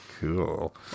Cool